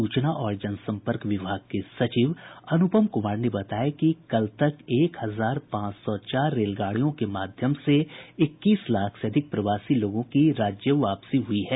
सूचना और जनसंपर्क विभाग के सचिव अनुपम कुमार ने बताया कि कल तक एक हजार पांच सौ चार रेलगाड़ियों के माध्यम से इक्कीस लाख से अधिक प्रवासी लोगों की राज्य वापसी हुई है